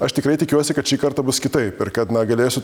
aš tikrai tikiuosi kad šį kartą bus kitaip ir kad na galėsiu